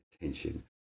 attention